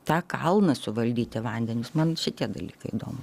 tą kalną suvaldyti vandenį man šitie dalykai įdomūs